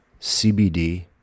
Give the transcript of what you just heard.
CBD